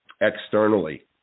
externally